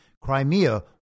Crimea